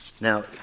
Now